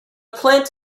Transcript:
plant